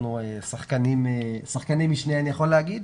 אנחנו שחקני משנה אני יכול להגיד,